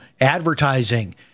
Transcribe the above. advertising